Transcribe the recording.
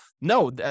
no